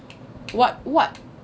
what what